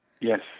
Yes